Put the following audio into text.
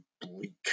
bleak